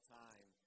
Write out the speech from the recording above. time